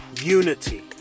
unity